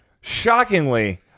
shockingly